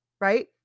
right